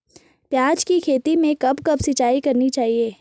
प्याज़ की खेती में कब कब सिंचाई करनी चाहिये?